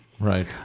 right